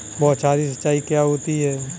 बौछारी सिंचाई क्या होती है?